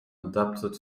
adapted